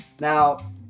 Now